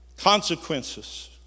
Consequences